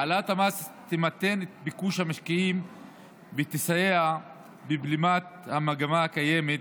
העלאת המס תמתן את ביקוש המשקיעים ותסייע בבלימת המגמה הקיימת